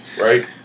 right